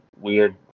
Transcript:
weird